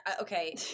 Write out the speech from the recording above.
Okay